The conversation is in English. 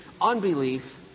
unbelief